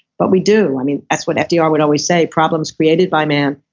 but we do. i mean that's what fdr would always say, problems created by man,